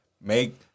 Make